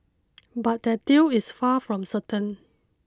but that deal is far from certain